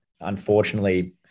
unfortunately